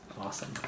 awesome